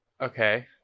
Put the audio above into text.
okay